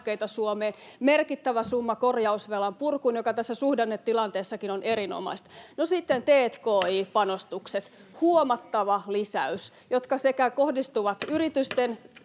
merkittävä summa korjausvelan purkuun, joka tässä suhdannetilanteessakin on erinomaista. No sitten tki-panostukset: huomattavat lisäykset, jotka kohdistuvat sekä yritysten